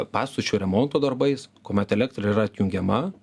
pastočių remonto darbais kuomet elektra yra atjungiama